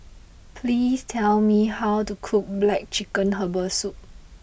please tell me how to cook Black Chicken Herbal Soup